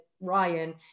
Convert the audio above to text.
Ryan